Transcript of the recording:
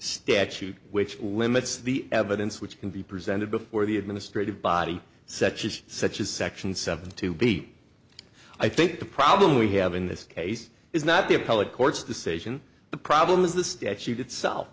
statute which limits the evidence which can be presented before the administrative body such as such as section seven to be i think the problem we have in this case is not the appellate court's decision the problem is the statute